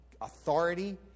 authority